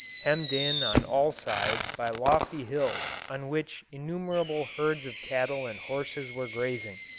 hemmed in on all sides by lofty hills on which innumerable herds of cattle and horses were grazing,